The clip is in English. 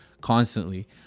constantly